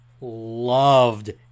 loved